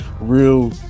real